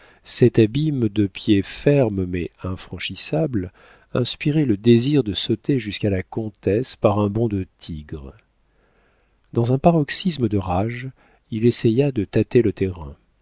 cet abîme de pied ferme mais infranchissable inspirait le désir de sauter jusqu'à la comtesse par un bond de tigre dans un paroxysme de rage il essaya de tâter le terrain